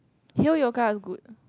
hale yoga good